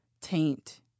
taint